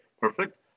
perfect